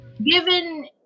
given